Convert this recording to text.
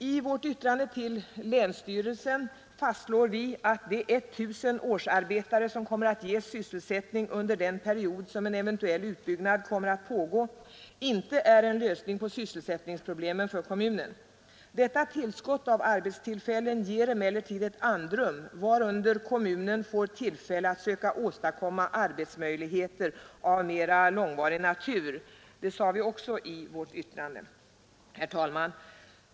I vårt yttrande till länsstyrelsen fastslår vi att de 1 000 årsarbetare som skulle ges sysselsättning under den period som en eventuell utbyggnad kommer att pågå inte är en lösning av sysselsättningsproblemen för kommunen. Detta tillskott av arbetstillfällen ger emellertid ett andrum, Nr 146 Lördagen den : 16 december 1972 Herr talman!